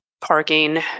parking